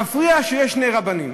מפריע שיש שני רבנים.